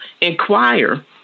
Inquire